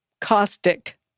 Caustic